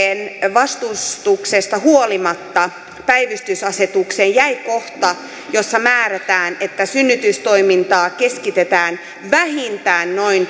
vastustuksesta huolimatta päivystysasetukseen jäi kohta jossa määrätään että synnytystoimintaa keskitetään vähintään noin